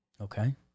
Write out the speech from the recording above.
Okay